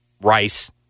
Rice